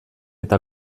eta